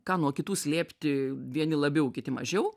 ką nuo kitų slėpti vieni labiau kiti mažiau